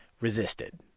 resisted